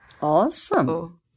Awesome